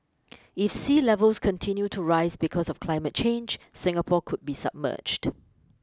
if sea levels continue to rise because of climate change Singapore could be submerged